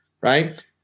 right